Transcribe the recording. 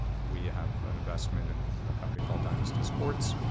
we have an investment in a company called dynasty sports.